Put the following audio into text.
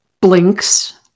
blinks